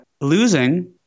losing